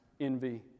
envy